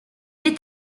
est